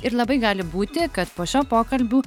ir labai gali būti kad po šio pokalbių